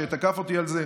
שתקף אותי על זה.